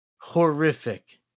Horrific